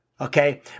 okay